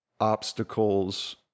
obstacles